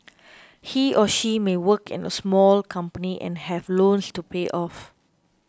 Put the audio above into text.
he or she may work in a small company and have loans to pay off